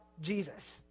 Jesus